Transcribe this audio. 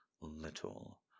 little